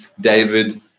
David